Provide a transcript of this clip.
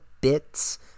bits